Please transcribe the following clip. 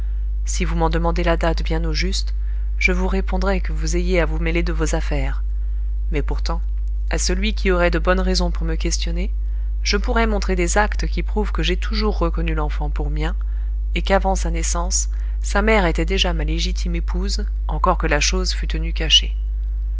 si vous m'en demandez la date bien au juste je vous répondrai que vous ayez à vous mêler de vos affaires mais pourtant à celui qui aurait de bonnes raisons pour me questionner je pourrais montrer des actes qui prouvent que j'ai toujours reconnu l'enfant pour mien et qu'avant sa naissance sa mère était déjà ma légitime épouse encore que la chose fût tenue cachée